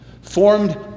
formed